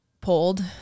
pulled